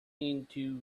into